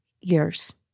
years